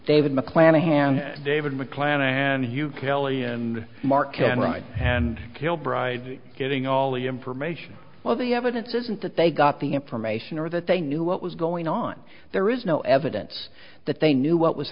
david mcclanahan david mcclanahan you kelly and mark can write and kilbride getting all the information well the evidence isn't that they got the information or that they knew what was going on there is no evidence that they knew what was